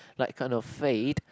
that kind of fate